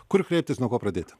kur kreiptis nuo ko pradėti